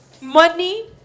Money